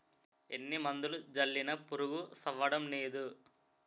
ఎన్ని మందులు జల్లినా పురుగు సవ్వడంనేదు